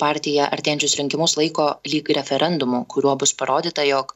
partija artėjančius rinkimus laiko lyg referendumu kuriuo bus parodyta jog